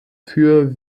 für